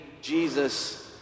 Jesus